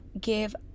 give